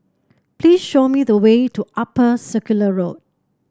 please show me the way to Upper Circular Road